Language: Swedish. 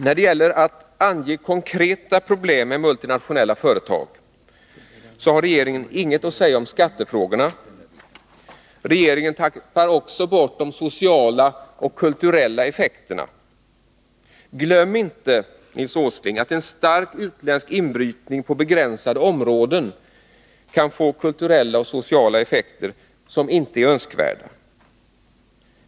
När det gäller att ange konkreta problem med multinationella företag har regeringen inget att säga om skattefrågorna. Regeringen tappar också bort de sociala och kulturella effekterna. Glöm inte, Nils Åsling, att en stark utländsk inbrytning på begränsade områden kan få kulturella och sociala effekter som inte är önskvärda.